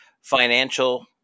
financial